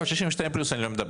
לא, 62 פלוס אני לא מדבר.